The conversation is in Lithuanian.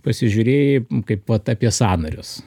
pasižiūrėjai kaip vat apie sąnarius